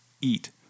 eat